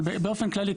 אבל באופן כללי,